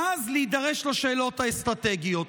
ואז להידרש לשאלות האסטרטגיות.